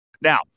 Now